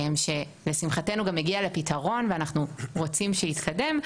שלשמחתנו הגיעה לפתרון ואנחנו רוצים שהוא יתקדם.